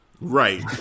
Right